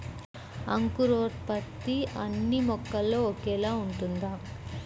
అంకురోత్పత్తి అన్నీ మొక్కల్లో ఒకేలా ఉంటుందా?